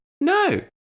no